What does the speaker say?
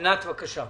ענת, בבקשה,